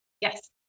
Yes